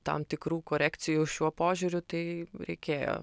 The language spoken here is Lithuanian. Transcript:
tam tikrų korekcijų šiuo požiūriu tai reikėjo